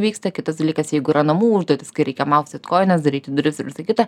vyksta kitas dalykas jeigu yra namų užduotys kai reikia maustyt kojines daryti duris ir visa kita